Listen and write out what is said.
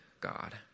God